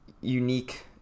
unique